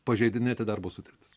pažeidinėti darbo sutartis